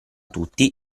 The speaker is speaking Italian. tutti